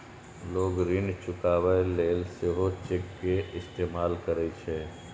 लोग ऋण चुकाबै लेल सेहो चेक के इस्तेमाल करै छै